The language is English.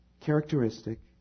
characteristic